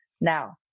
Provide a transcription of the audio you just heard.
now